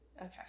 Okay